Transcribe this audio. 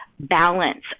balance